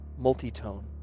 Multitone